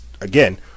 again